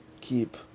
keep